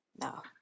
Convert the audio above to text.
No